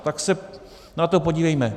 Tak se na to podívejme.